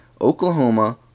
Oklahoma